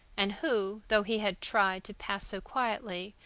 and who, though he had tried to pass so quietly,